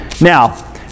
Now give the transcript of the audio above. Now